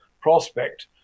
Prospect